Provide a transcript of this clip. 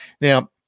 Now